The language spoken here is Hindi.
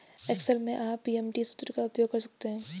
एक्सेल में आप पी.एम.टी सूत्र का उपयोग कर सकते हैं